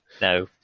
No